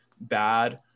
bad